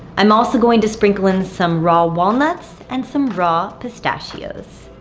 i'm also going to sprinkle in some raw walnuts and some raw pistachios.